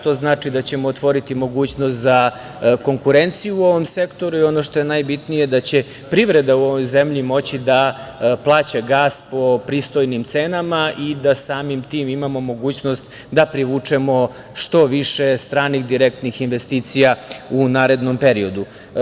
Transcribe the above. To znači da ćemo otvoriti mogućnost za konkurenciju u ovom sektoru i ono što je najbitnije, da će privreda u ovoj zemlji moći da plaća gas po pristojnim cenama i da samim tim imamo mogućnost da privučemo što više stranih direktnih investicija u narednom periodu.